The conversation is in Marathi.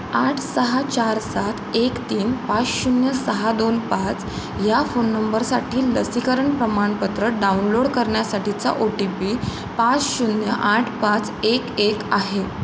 आठ सहा चार सात एक तीन पाच शून्य सहा दोन पाच या फोन नंबरसाठी लसीकरण प्रमाणपत्र डाउनलोड करण्यासाठीचा ओ टी पी पाच शून्य आठ पाच एक एक आहे